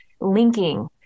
linking